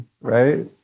right